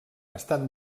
estan